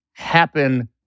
Happen